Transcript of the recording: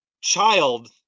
child